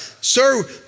Sir